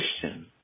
Christian